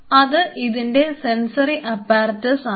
അത് ഇതിൻറെ sensory apparatus ആണ്